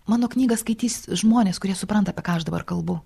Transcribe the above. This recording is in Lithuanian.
mano knygą skaitys žmonės kurie supranta apie ką aš dabar kalbu